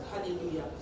Hallelujah